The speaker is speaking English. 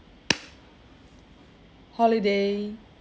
holiday